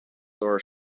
are